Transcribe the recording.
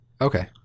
Okay